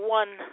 one